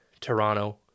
Toronto